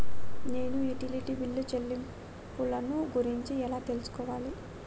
నేను utility bill చెల్లింపులను గురించి ఎలా తెలుసుకోవాలి?